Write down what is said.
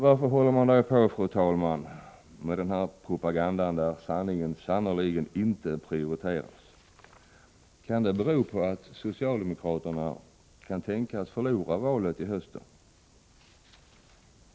Varför håller man på, fru talman, med denna propaganda där sanningen inte prioriteras? Kan det bero på att socialdemokraterna kan tänkas förlora valet till hösten?